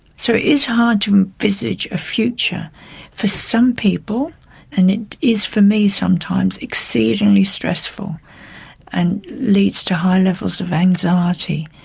so it is hard to envisage a future for some people and it is for me sometimes exceedingly stressful and leads to high levels of anxiety.